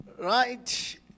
Right